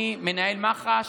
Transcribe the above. אני, מנהל מח"ש,